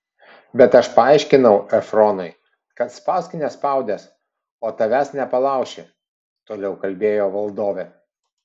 bet aš paaiškinau efronui kad spausk nespaudęs o tavęs nepalauši toliau kalbėjo valdovė